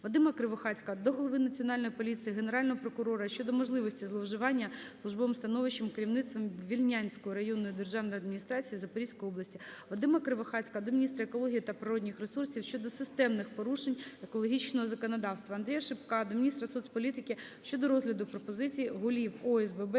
Вадима Кривохатька до голови Національної поліції, Генерального прокурора щодо можливості зловживання службовим становищем керівництвом Вільнянської районної державної адміністрації Запорізької області. Вадима Кривохатька до міністра екології та природних ресурсів щодо системних порушень екологічного законодавства. Андрія Шипка до міністра соцполітики щодо розгляду пропозиції голів ОСББ